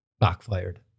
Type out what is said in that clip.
backfired